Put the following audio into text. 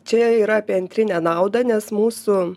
čia yra apie antrinę naudą nes mūsų